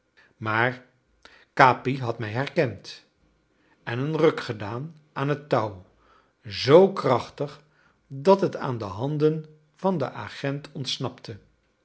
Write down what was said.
maar capi had mij herkend en een ruk gedaan aan het touw zoo krachtig dat het aan de handen van den agent ontsnapte